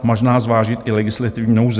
Možná zvážit i legislativní nouzi.